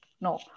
No